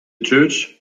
church